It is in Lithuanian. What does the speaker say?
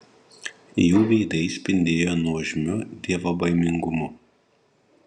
jų veidai spindėjo nuožmiu dievobaimingumu